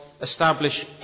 establish